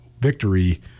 victory